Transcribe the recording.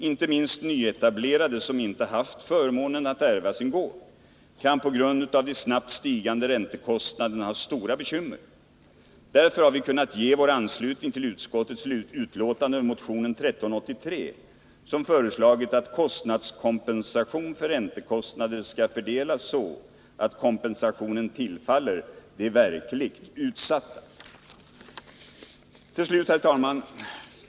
Inte minst nyetablerade jordbrukare som inte haft förmånen att ärva sin gård kan på grund av de snabbt stigande räntekostnaderna ha stora bekymmer. Därför har vi kunnat ge vår anslutning till utskottets skrivning med anledning av motion 1383, i vilken det föreslagits att kostnadskompensationen för räntekostnader skall fördelas så, att kompensationen tillfaller de verkligt utsatta. Herr talman!